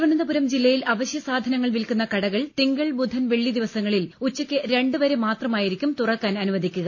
തിരുവനന്തപുരം ജില്ലയിൽ അവശ്യ സാധനങ്ങൾ വിൽക്കുന്ന കടകൾ തിങ്കൾ ബുധൻ വെള്ളി ദിവസങ്ങളിൽ ഉച്ചയ്ക്ക് രണ്ടുവരെ മാത്രമായിരിക്കും തുറക്കാൻ അനുവദിക്കുക